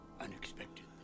Unexpected